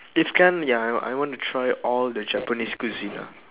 if can ya I want I want to try all the japanese cuisine ah